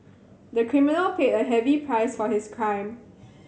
the criminal paid a heavy price for his crime